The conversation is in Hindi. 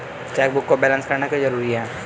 चेकबुक को बैलेंस करना क्यों जरूरी है?